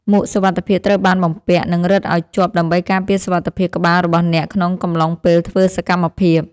មួកសុវត្ថិភាពត្រូវបានបំពាក់ និងរឹតឱ្យជាប់ដើម្បីការពារសុវត្ថិភាពក្បាលរបស់អ្នកក្នុងកំឡុងពេលធ្វើសកម្មភាព។